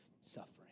suffering